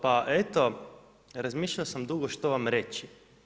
Pa eto, razmišljao sam dugo što vam reći.